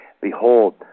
Behold